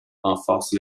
renforcent